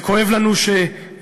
זה כואב לנו שיהודים,